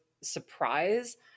surprise